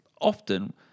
often